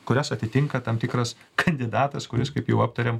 kurias atitinka tam tikras kandidatas kuris kaip jau aptarėm